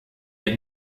had